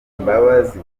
imbabazi